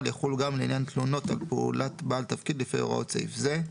יחול גם לעניין תלונות על פעולת בעל תפקיד לפי הוראות סעיף זה.